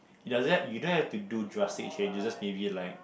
it doesn't you don't have to do drastic changes you just maybe like